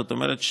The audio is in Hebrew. זאת אומרת,